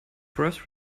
brass